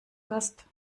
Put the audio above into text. gast